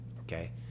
okay